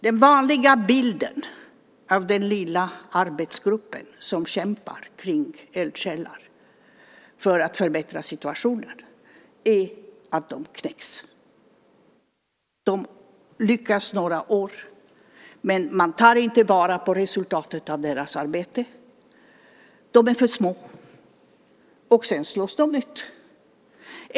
Den vanliga bilden av den lilla arbetsgruppen som kämpar kring eldsjälar för att förbättra situationen är att de knäcks. De lyckas några år, men man tar inte vara på resultatet av deras arbete. De är för små och slås ut.